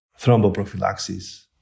thromboprophylaxis